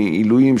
עילויים,